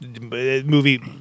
movie